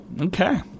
Okay